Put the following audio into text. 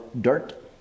dirt